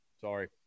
sorry